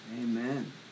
Amen